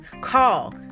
Call